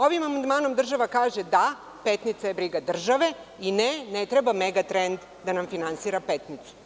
Ovim amandmanom država kaže – da, Petnica je briga države i ne, ne treba Megatrend da nam finansira Petnicu.